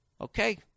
Okay